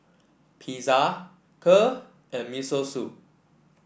Pizza Kheer and Miso Soup